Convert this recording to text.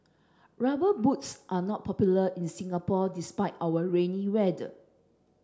rubber boots are not popular in Singapore despite our rainy weather